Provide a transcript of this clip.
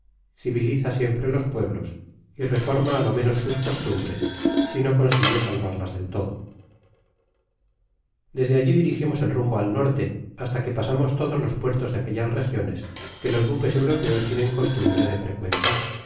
siempre los pueblos y reforma a lo menos sus costumbres sino consigue salvarlas del todo desde alli dirigimos el rumbo al norte hasta que pasamos todos los puertos de aquellas regiones que los buques europeos tienen costumbre de frecuentar